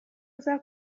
uza